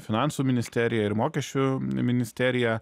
finansų ministerija ir mokesčių ministerija